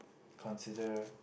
consider